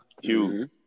Huge